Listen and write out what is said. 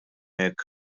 jekk